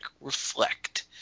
reflect